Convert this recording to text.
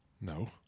No